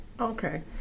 Okay